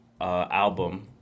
album